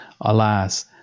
Alas